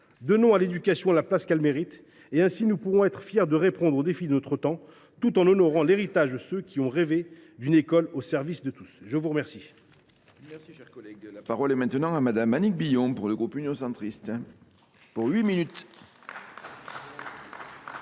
Donnons à l’éducation la place qu’elle mérite. Ainsi, nous pourrons être fiers de répondre aux défis de notre temps tout en honorant l’héritage de ceux qui ont rêvé d’une école au service de tous. La parole